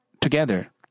together